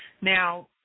Now